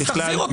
אז תחזיר אותם.